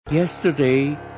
Yesterday